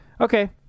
okay